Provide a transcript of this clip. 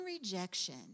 rejection